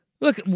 Look